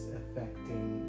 affecting